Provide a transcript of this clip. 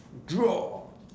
draw